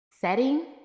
setting